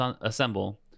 Assemble